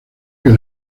que